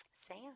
Sam